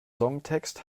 songtext